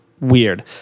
weird